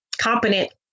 competent